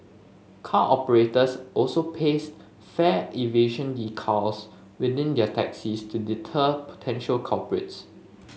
car operators also paste fare evasion decals within their taxis to deter potential culprits